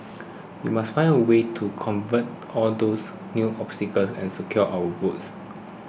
we must find a way to circumvent all these new obstacles and secure our votes